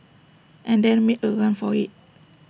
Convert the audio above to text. and then make A run for IT